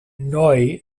neu